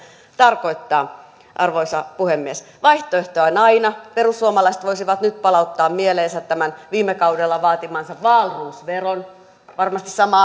tarkoittaa arvoisa puhemies vaihtoehtoja on aina perussuomalaiset voisivat nyt palauttaa mieleensä viime kaudella vaatimansa wahlroos veron varmasti sama